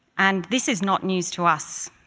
and this is not news to us,